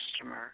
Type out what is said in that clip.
customer